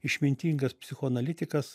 išmintingas psichoanalitikas